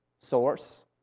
source